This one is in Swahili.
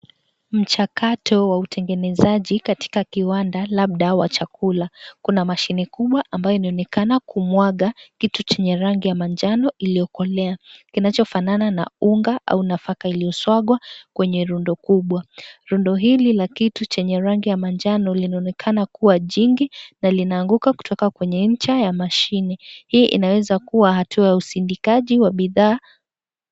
Mchakato wa utengenezaji katika kiwanda labda wa chakula. Kuna mashine kubwa ambayo inaonekana kumwaga kitu Chenye rangi ya manjano iliyokolea kinachofanana na unga au nafaka iliyoswaka kwenye rundo kubwa. Rundo hili la kitu Chenye rangi ya manjano linaonekana kuwa jingi na linaanguka kutoka kwenye nja ya mashine. Hii inaweza kuwa hatua ya uzindikaji wa bidhaa.